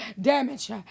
damage